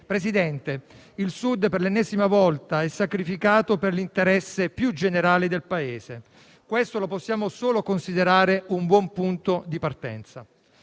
Presidente, per l'ennesima volta il Sud è sacrificato per l'interesse più generale del Paese. Questo lo possiamo solo considerare un buon punto di partenza.